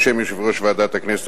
בשם יושב-ראש ועדת הכנסת,